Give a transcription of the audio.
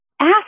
Ask